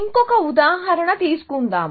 ఇంకొక ఉదాహరణ తీసుకుందాం